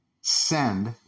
send